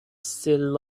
still